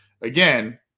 again